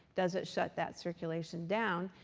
does it shut that circulation down,